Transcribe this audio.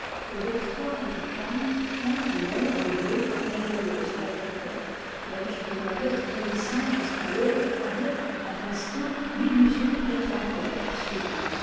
le dortoir était calme plein d'une ombre bleue où la veilleuse palpitait mais je demeurai frémissant jusqu'à l'aube avec par instant l'illusion d'être encore poursuivi